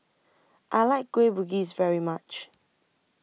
I like Kueh Bugis very much